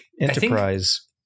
enterprise